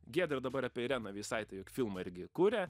giedrė dabar apie ireną veisaitę juk filmą irgi kuria